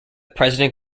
president